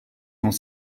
dans